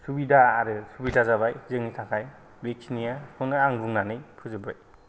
सुबिदा आरो सुबिदा जाबाय जोंनि थाखाय बेखिनिया बेखौनो आं बुंनानै फोजोब्बाय